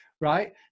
right